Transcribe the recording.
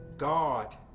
God